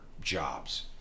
jobs